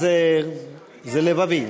זה בבית,